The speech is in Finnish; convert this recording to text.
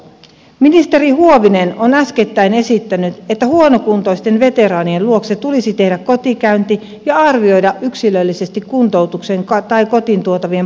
ministeri huovinen on äskettäin esittänyt että huonokuntoisten veteraanien luokse tulisi tehdä kotikäynti ja arvioida yksilöllisesti kuntoutuksen tai kotiin tuotavien palveluiden tarve